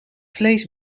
vlees